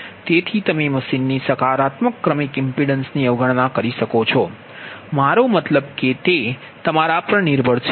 તેથી તમે મશીનની સકારાત્મક ક્રમિક ઇમ્પિડન્સ ની અવગણના કરી શકો છો મારો મતલબ કે તે તમારા પર નિર્ભર છે